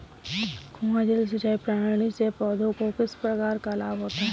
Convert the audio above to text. कुआँ जल सिंचाई प्रणाली से पौधों को किस प्रकार लाभ होता है?